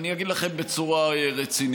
אני אגיד לכם בצורה רצינית,